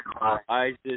ISIS